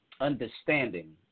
understanding